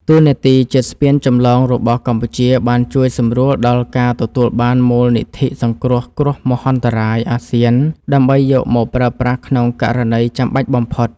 តួនាទីជាស្ពានចម្លងរបស់កម្ពុជាបានជួយសម្រួលដល់ការទទួលបានមូលនិធិសង្គ្រោះគ្រោះមហន្តរាយអាស៊ាន ដើម្បីយកមកប្រើប្រាស់ក្នុងករណីចាំបាច់បំផុត។